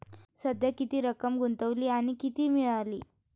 सध्या किती रक्कम गुंतवली आणि किती मिळाली